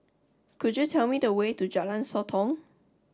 could you tell me the way to Jalan Sotong